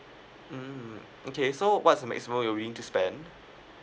mm okay so what's the maximum you willing to spend